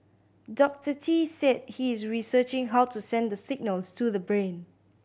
Doctor Tee said he is researching how to send the signals to the brain